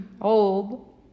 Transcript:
Old